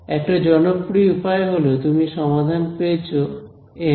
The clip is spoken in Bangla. একটা জনপ্রিয় উপায় হলো তুমি সমাধান পেয়েছো এন